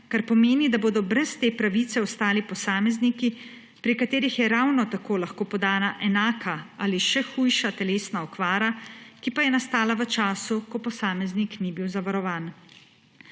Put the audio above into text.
kar pomeni, da bodo brez te pravice ostali posamezniki, pri katerih je ravno tako lahko podana enaka ali še hujša telesna okvara, ki pa je nastala v času, ko posameznik ni bil zavarovan.